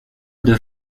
deux